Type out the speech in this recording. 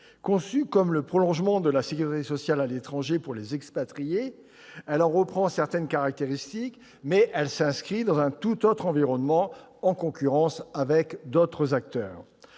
Conçue comme le prolongement de la sécurité sociale à l'étranger pour les expatriés, elle en reprend certaines caractéristiques, mais elle s'inscrit dans un tout autre environnement, en concurrence avec d'autres acteurs.